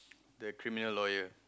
the criminal lawyer